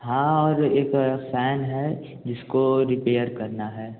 हाँ और एक फ़ैन है जिसको रिपेयर करना है